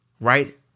right